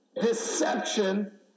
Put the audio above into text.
deception